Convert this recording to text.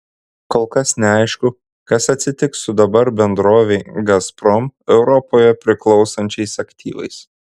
kol kas neaišku kas atsitiks su dabar bendrovei gazprom europoje priklausančiais aktyvais